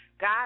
God